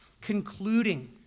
concluding